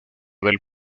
del